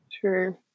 True